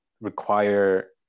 require